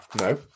No